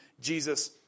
Jesus